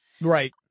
Right